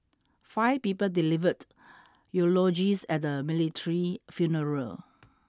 five people delivered eulogies at the military funeral